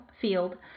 field